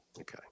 Okay